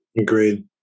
Agreed